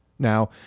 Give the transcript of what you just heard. Now